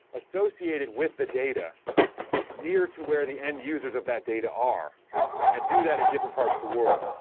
associated with the data near to where the end-users of that data are and do that in different parts the world?